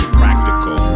practical